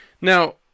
Now